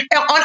On